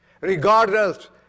Regardless